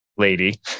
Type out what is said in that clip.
lady